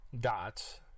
dots